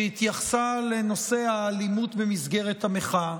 שהתייחסה לנושא האלימות במסגרת המחאה.